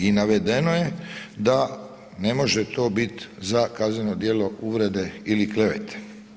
I navedeno je da ne može to bit za kazneno djelo uvrede ili klevete.